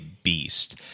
beast